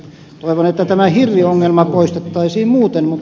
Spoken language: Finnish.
toivon että tämä hirviongelma poistettaisiin muuten